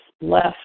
left